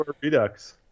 Redux